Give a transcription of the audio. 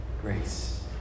grace